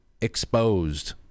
Exposed